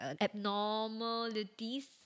abnormalities